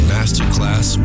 Masterclass